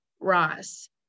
Ross